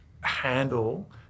handle